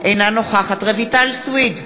אינה נוכחת רויטל סויד,